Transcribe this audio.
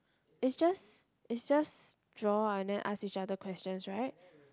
it's just it's just draw out then ask each other questions right